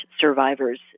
survivors